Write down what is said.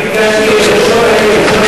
אבל אני ביקשתי ראשון.